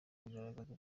kugaragaza